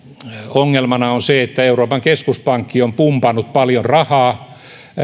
ongelmana on se että euroopan keskuspankki on pumpannut paljon rahaa